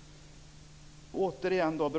Slutligen återigen några ord